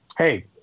hey